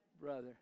brother